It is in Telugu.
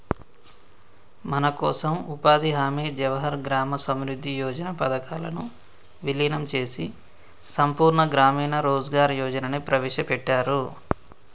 మనకోసం ఉపాధి హామీ జవహర్ గ్రామ సమృద్ధి యోజన పథకాలను వీలినం చేసి సంపూర్ణ గ్రామీణ రోజ్గార్ యోజనని ప్రవేశపెట్టారు